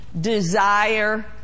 desire